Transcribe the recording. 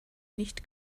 nicht